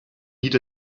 need